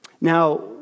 Now